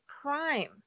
prime